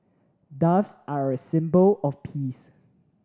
doves are a symbol of peace